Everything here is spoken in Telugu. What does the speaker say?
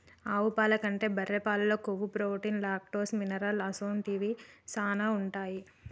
ఆవు పాల కంటే బర్రె పాలల్లో కొవ్వు, ప్రోటీన్, లాక్టోస్, మినరల్ అసొంటివి శానా ఉంటాయి